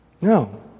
No